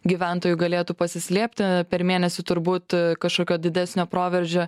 gyventojų galėtų pasislėpti per mėnesį turbūt kažkokio didesnio proveržio